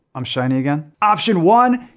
i'm shiny again? option one.